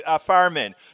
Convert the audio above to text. firemen